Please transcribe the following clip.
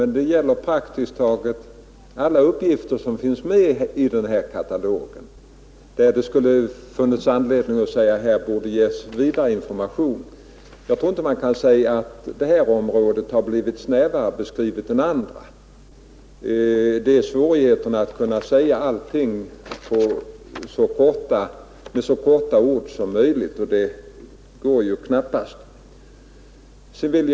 Det skulle emellertid beträffande praktiskt taget alla uppgifter i denna katalog ha funnits anledning att ge vidare information. Jag tror inte att man kan säga att detta område har blivit snävare beskrivet än andra. Det gäller att med få ord säga så mycket som möjligt — att säga allt är ju knappast möjligt.